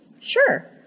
Sure